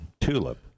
TULIP